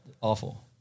awful